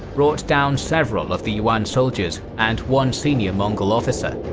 brought down several of the yuan soldiers and one senior mongol officer.